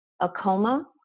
Acoma